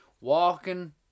Walking